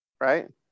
Right